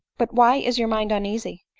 but why is your mind uneasy?